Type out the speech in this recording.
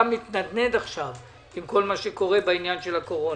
מתנדנד עכשיו עם כל מה שקורה בעניין הקורונה.